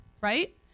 right